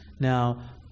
now